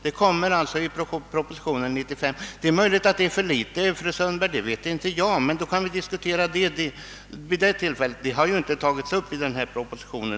Det är möjligt att denna summa är för liten, men i så fall kan vi diskutera den saken senare eftersom spörsmålet inte ingår i den här propositionen.